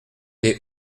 des